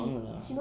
她很忙的 lah